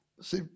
See